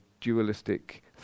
dualistic